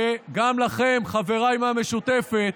שגם לכם, חבריי מהמשותפת,